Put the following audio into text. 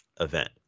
event